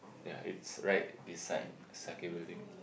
ya it's right beside sakae building